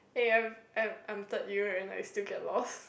eh I'm I'm I'm third year and I still get lost